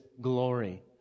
glory